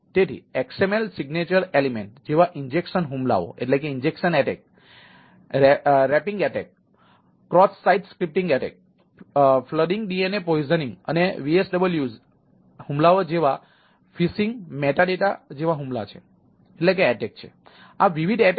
તેથીXML signature element હોઈ શકે છે